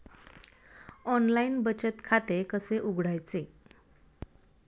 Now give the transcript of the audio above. Online बचत खाते कसे उघडायचे?